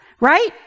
right